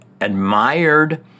admired